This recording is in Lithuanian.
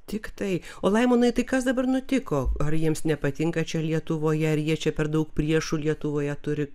tiktai o laimonai tai kas dabar nutiko ar jiems nepatinka čia lietuvoje ar jie čia per daug priešų lietuvoje turi